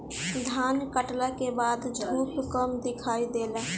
धान काटला के बाद धूप कम दिखाई देला